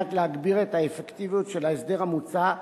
מנת להגביר את האפקטיביות של ההסדר המוצע,